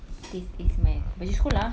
this is my baju sekolah ah